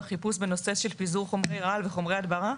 חיפוש בנושא של פיזור חומרי רעל וחומרי הדברה?